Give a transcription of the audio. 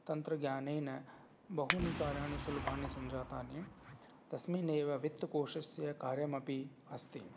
तन्त्रज्ञानेन बहूनि कार्याणि सुलभानि सञ्जातानि तस्मिन्नेव वित्तकोशस्य कार्यमपि अस्ति